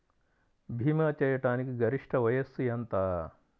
భీమా చేయాటానికి గరిష్ట వయస్సు ఎంత?